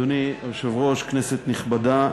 אדוני היושב-ראש, כנסת נכבדה,